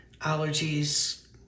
allergies